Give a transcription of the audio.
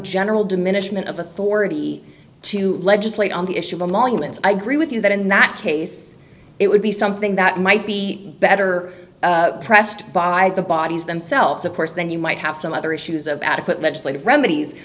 general diminishment of authority to legislate on the issue along and i agree with you that in that case it would be something that might be better pressed by the bodies themselves of course then you might have some other issues of adequate legislative remedies